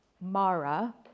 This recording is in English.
Mara